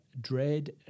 dread